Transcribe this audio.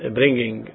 bringing